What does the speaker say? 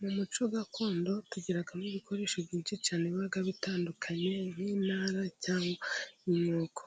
Mu muco gakondo tugiramo ibikoresho byinshi cyane biba bitandukanye nk'intara cyangwa imyuko.